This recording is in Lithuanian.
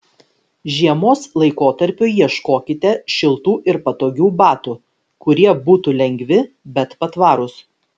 žiemos laikotarpiui ieškokite šiltų ir patogių batų kurie būtų lengvi bet patvarūs